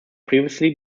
previously